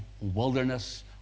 wilderness